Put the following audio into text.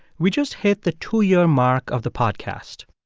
we just hit the two-year mark of the podcast.